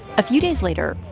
a few days later,